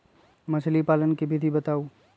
मछली पालन के विधि बताऊँ?